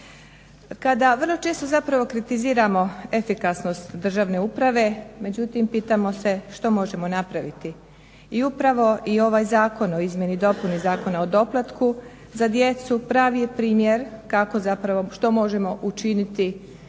Kada vrlo često zapravo kritiziramo efikasnost državne uprave, međutim pitamo se što možemo napraviti i upravo i ovaj Zakon o izmjeni i dopuni Zakona o doplatku za djecu pravi je primjer što možemo učiniti na